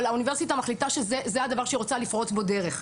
האוניברסיטה מחליטה שזה הדבר שהיא רוצה לפרוץ בו דרך.